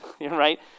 Right